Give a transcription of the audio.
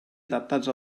adaptats